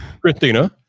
Christina